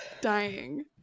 dying